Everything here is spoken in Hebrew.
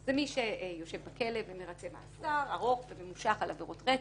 זה מי שיושב בכלא ומרצה מאסר ארוך וממושך על עבירות רצח,